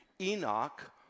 Enoch